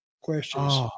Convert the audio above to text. questions